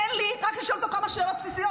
תן לי רק לשאול אותו כמה שאלות בסיסיות.